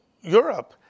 Europe